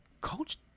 Coach